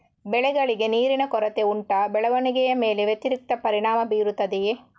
ಬೆಳೆಗಳಿಗೆ ನೀರಿನ ಕೊರತೆ ಉಂಟಾ ಬೆಳವಣಿಗೆಯ ಮೇಲೆ ವ್ಯತಿರಿಕ್ತ ಪರಿಣಾಮಬೀರುತ್ತದೆಯೇ?